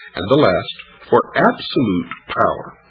and the last for absolute power.